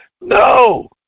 No